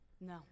No